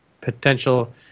potential